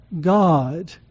God